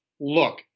look